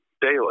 daily—